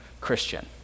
Christian